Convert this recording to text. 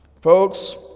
Folks